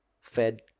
fed